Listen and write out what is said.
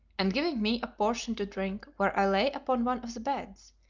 and giving me a portion to drink where i lay upon one of the beds,